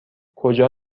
کجا